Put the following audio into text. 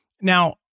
Now